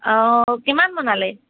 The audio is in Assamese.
অঁ কিমান বনালে